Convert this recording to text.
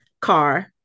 car